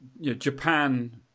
Japan